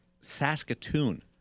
Saskatoon